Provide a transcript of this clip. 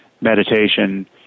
meditation